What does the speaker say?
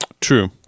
True